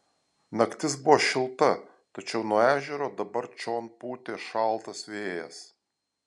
naktis buvo šilta tačiau nuo ežero dabar čion pūtė šaltas vėjas